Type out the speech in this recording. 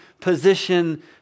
position